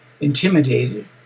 intimidated